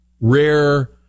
rare